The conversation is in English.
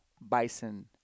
bison